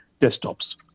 desktops